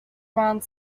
around